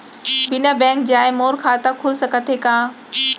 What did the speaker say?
बिना बैंक जाए मोर खाता खुल सकथे का?